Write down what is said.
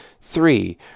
Three